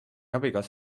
abikaasa